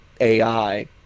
AI